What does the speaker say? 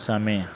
समय